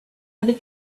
other